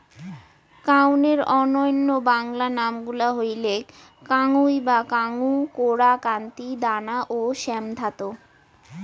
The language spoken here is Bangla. কাউনের অইন্য বাংলা নাম গুলা হইলেক কাঙ্গুই বা কাঙ্গু, কোরা, কান্তি, দানা ও শ্যামধাত